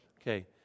Okay